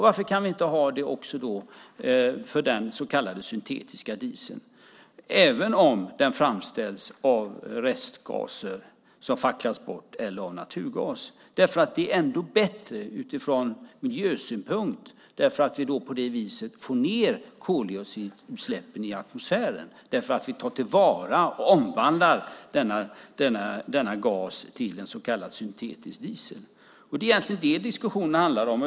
Varför kan vi då inte ha det för den så kallade syntetiska dieseln, även om den framställs av restgaser som facklas bort eller av naturgas? Det är ändå bättre från miljösynpunkt eftersom vi på det viset får ned koldioxidutsläppen i atmosfären. Vi tar till vara och omvandlar denna gas till så kallad syntetisk diesel. Det är egentligen det diskussionen handlar om.